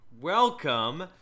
Welcome